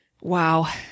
Wow